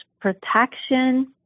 protection